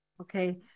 Okay